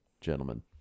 Gentlemen